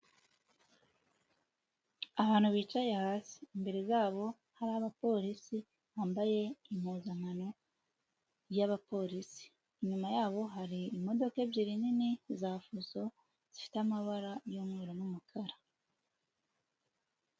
Abantu bicaye hasi, imbere zabo hari abapolisi bambaye impuzankano y'abapolisi. Inyuma yabo hari imodoka ebyiri nini za fuso, zifite amabara y'umweru n'umukara.